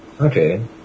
Okay